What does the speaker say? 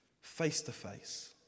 Face-to-face